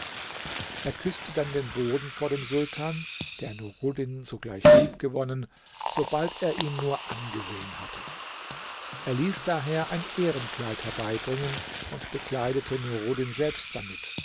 er küßte dann den boden vor dem sultan der nuruddin sogleich liebgewonnen sobald er ihn nur angesehen hatte er ließ daher ein ehrenkleid herbeibringen und bekleidete nuruddin selbst damit